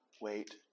wait